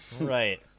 Right